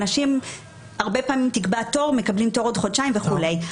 אנשים הרבה פעמים מקבלים תור לעוד חודשיים וכולי.